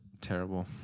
terrible